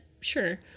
sure